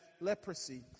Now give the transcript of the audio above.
leprosy